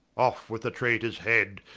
of with the traitors head,